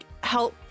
help